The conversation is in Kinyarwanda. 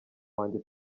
wanjye